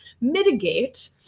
mitigate